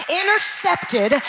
intercepted